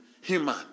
human